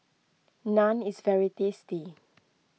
Naan is very tasty